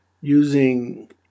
using